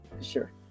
Sure